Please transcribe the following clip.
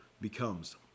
becomes